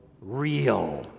real